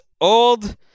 old